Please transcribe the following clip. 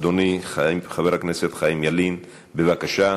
אדוני חבר הכנסת חיים ילין, בבקשה.